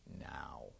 now